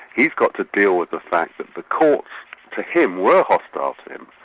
he's got to deal with the fact that the courts to him were hostile to him,